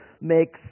makes